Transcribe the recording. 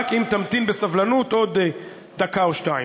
רק אם תמתין בסבלנות עוד דקה או שתיים.